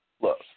Look